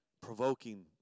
provoking